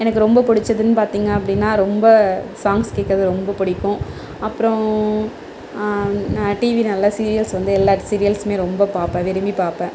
எனக்கு ரொம்ப பிடிச்சதுன்னு பார்த்திங்க அப்படினா ரொம்ப சாங்ஸ் கேக்கிறது ரொம்ப பிடிக்கும் அப்புறோம் நான் டீவி நல்ல சீரியல்ஸ் வந்து எல்லா சீரியல்ஸுமே ரொம்ப பார்ப்பேன் விரும்பி பார்ப்பேன்